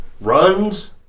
runs